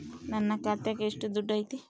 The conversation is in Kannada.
ನನ್ನ ಖಾತ್ಯಾಗ ಎಷ್ಟು ದುಡ್ಡು ಐತಿ?